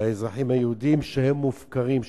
לאזרחים היהודים, שהם מופקרים שם.